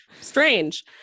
Strange